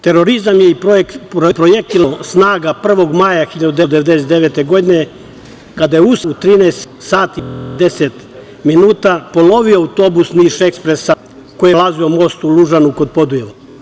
Terorizam je i projektil NATO snaga 1. maja 1999. godine kada je u sred dana u 13 sati i 50 minuta prepolovio autobus „Niš ekspresa“ koji je prelazio most u Lužanu kod Podujeva.